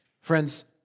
Friends